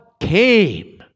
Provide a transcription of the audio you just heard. came